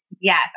Yes